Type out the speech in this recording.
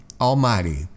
Almighty